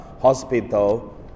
hospital